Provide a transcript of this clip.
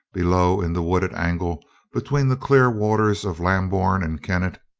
below, in the wooded angle between the clear waters of lambourne and kennet,